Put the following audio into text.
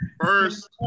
First